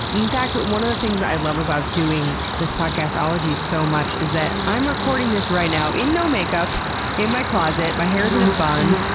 in fact, one of the things i love about doing this podcast ologies so much is that i'm recording this right now in no makeup in my closet. my hair's in a bun,